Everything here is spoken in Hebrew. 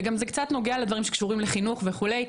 זה גם קצת נוגע לדברים שקשורים לחינוך וכדומה.